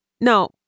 No